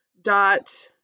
dot